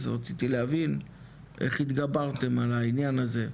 אז רציתי להבין איך התגברתם על העניין הזה.